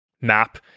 map